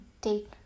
take